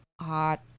hot